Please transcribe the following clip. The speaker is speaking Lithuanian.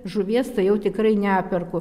žuvies tai jau tikrai neperku